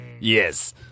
Yes